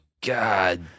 God